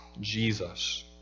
Jesus